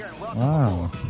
Wow